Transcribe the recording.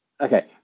Okay